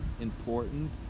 important